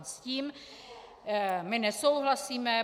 S tím my nesouhlasíme.